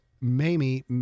Mamie